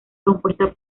compuesta